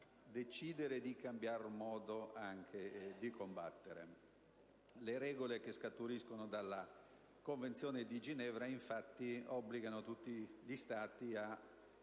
decidere di cambiare modo anche di combattere. Le regole che scaturiscono dalla Convenzione di Ginevra infatti obbligano tutti gli Stati ad